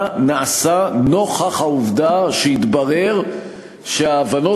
מה נעשָה נוכח העובדה שהתברר שההבנות